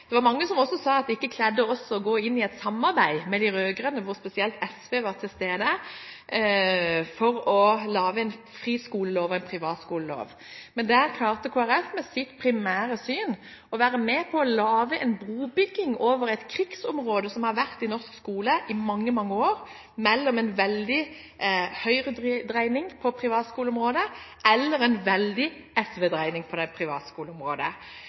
Det var mange som også sa at det ikke kledde oss å gå inn i et samarbeid med de rød-grønne, hvor spesielt SV var til stede, for å lage en friskolelov og en privatskolelov. Men der klarte Kristelig Folkeparti med sitt primære syn å være med på å bygge bro over et krigsområde som har vært i norsk skole i mange, mange år, mellom en veldig høyredreining og en veldig SV-dreining på privatskoleområdet. Nå har vi fått til en god lov. Det